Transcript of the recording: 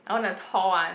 I want a tall one